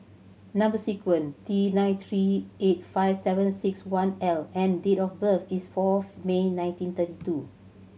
number sequence T nine three eight five seven six one L and date of birth is fourth May nineteen thirty two